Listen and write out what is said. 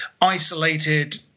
isolated